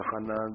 Hanan